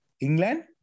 England